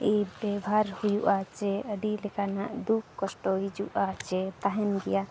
ᱤᱭᱟᱹ ᱵᱮᱵᱷᱟᱨ ᱦᱩᱭᱩᱜᱼᱟ ᱪᱮ ᱟᱹᱰᱤ ᱞᱮᱠᱟᱱᱟᱜ ᱫᱩᱠ ᱠᱚᱥᱴᱚ ᱦᱤᱡᱩᱜᱼᱟ ᱪᱮ ᱛᱟᱦᱮᱱ ᱜᱮᱭᱟ